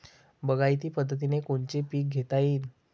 बागायती पद्धतीनं कोनचे पीक घेता येईन?